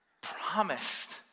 promised